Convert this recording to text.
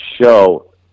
show